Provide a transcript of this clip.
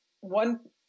one